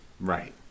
Right